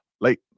Late